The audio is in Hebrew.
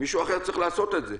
מישהו אחר צריך לעשות את זה.